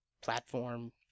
platform